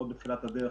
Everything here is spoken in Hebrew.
לפחות בתחילת הדרך,